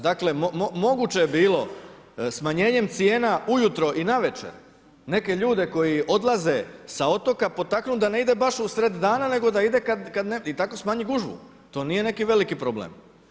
Dakle, moguće je bilo smanjenjem cijena ujutro i navečer, neke ljude koji odlaze sa otoka, potaknuti da ne ide baš u sred dana, nego da ide, i tako smanjiti gužvu, to nije neki veliki problem.